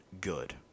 good